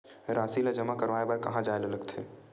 राशि ला जमा करवाय बर कहां जाए ला लगथे